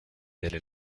delle